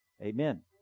amen